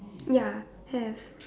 ya have